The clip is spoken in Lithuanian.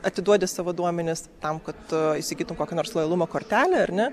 atiduodi savo duomenis tam kad tu įsigytum kokią nors lojalumo kortelę ar ne